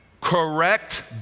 correct